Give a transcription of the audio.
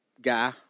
guy